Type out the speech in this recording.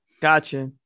Gotcha